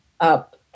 up